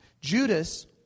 Judas